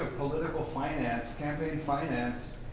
political finance, campaign finance,